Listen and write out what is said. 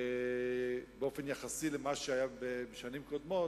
באופן יחסי למה שהיה בשנים קודמות.